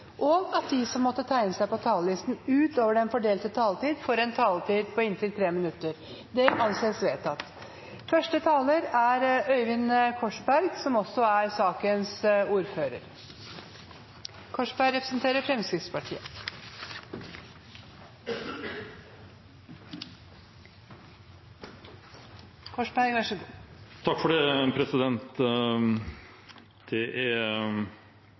foreslått at de som måtte tegne seg på talerlisten utover den fordelte taletiden, får en taletid på inntil 3 minutter. – Det anses vedtatt. Første taler er representanten Mette Tønder, som nå fungerer som ordfører for sakene. Først vil jeg takke komiteen for et godt arbeid i denne saken. Det har vært en sak hvor det